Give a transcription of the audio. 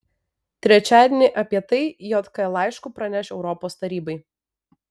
trečiadienį apie tai jk laišku praneš europos tarybai